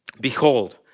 Behold